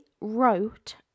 wrote